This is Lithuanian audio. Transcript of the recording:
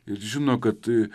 ir žino kad